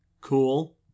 cool